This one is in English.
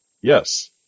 Yes